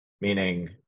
meaning